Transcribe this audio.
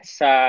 sa